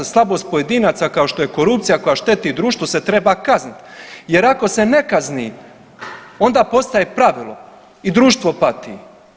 Slabost pojedinaca kao što je korupcija koja šteti društvu se treba kazniti jer ako se ne kazni onda postaje pravilo i društvo pati.